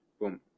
boom